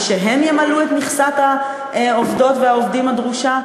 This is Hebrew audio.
ושהם ימלאו את מכסת העובדות והעובדים הדרושה,